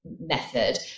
method